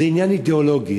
זה עניין אידיאולוגי,